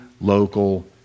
local